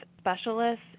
specialists